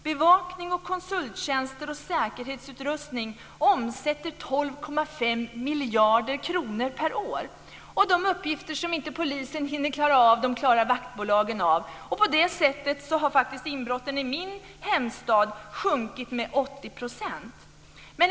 Bevakning, konsulttjänster och säkerhetsutrustning omsätter 12,5 miljarder kronor om året. De uppgifter som polisen inte hinner klara av får vaktbolagen klara av. På det sättet har faktiskt inbrotten i min hemstad sjunkit med 80 %.